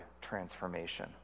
transformation